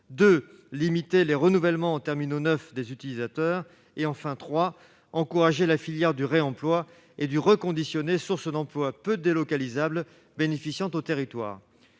de limiter les renouvellements en terminaux neufs des utilisateurs, et, troisièmement, d'encourager la filière du réemploi et du reconditionné, source d'emplois peu délocalisables bénéficiant aux territoires.